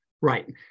Right